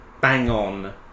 bang-on